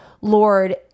Lord